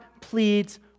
pleads